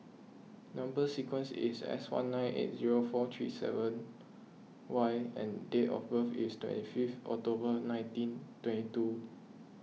Number Sequence is S one nine eight zero four three seven Y and date of birth is twenty fifth October nineteen twenty two